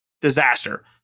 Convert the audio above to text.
Disaster